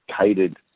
catered